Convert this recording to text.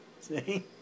See